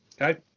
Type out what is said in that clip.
Okay